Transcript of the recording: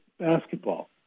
basketball